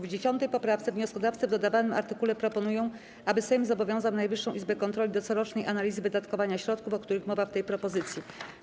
W 10. poprawce wnioskodawcy w dodawanym artykule proponują, aby Sejm zobowiązał Najwyższą Izbę Kontroli do corocznej analizy wydatkowania środków, o których mowa w tej propozycji.